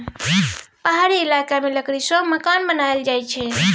पहाड़ी इलाका मे लकड़ी सँ मकान बनाएल जाई छै